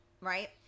right